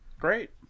Great